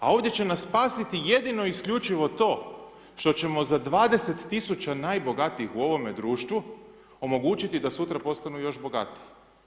A ovdje že nas spasiti jedino i isključivo to što ćemo za 20 tisuća najbogatijih u ovome društvu, omogućiti da sutra postanu još bogatiji.